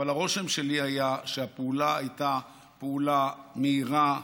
הרושם שלי היה שהפעולה הייתה פעולה מהירה,